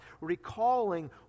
recalling